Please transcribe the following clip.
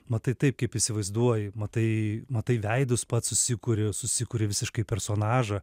matai taip kaip įsivaizduoji matai matai veidus pats susikuri susikuri visiškai personažą